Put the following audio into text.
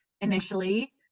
initially